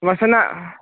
वसनम्